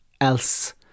else